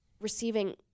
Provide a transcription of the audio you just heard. receiving